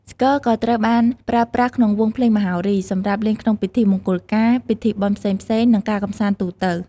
ស្គរក៏ត្រូវបានប្រើប្រាស់ក្នុងវង់ភ្លេងមហោរី សម្រាប់លេងក្នុងពិធីមង្គលការ ពិធីបុណ្យផ្សេងៗ និងការកម្សាន្តទូទៅ។